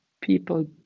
people